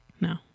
No